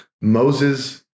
Moses